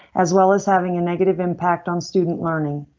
as well as having a negative impact on student learning.